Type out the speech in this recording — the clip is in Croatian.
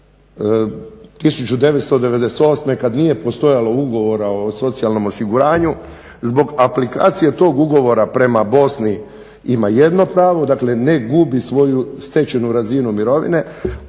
1998.kada nije postojalo ugovora o socijalnom osiguranju zbog aplikacije tog ugovora prema Bosni ima jedno pravo, dakle ne gubi svoju stečenu razinu mirovine,